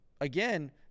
again